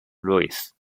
lewis